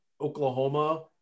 Oklahoma